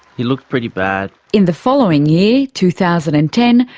he looked pretty bad. in the following year, two thousand and ten,